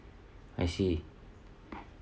I see